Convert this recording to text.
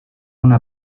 una